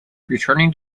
returning